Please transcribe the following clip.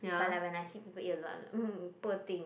but like when I see people eat alone I'm like mm poor thing